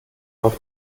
auf